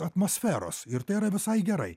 atmosferos ir tai yra visai gerai